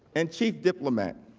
and chief diplomat.